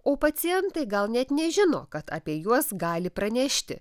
o pacientai gal net nežino kad apie juos gali pranešti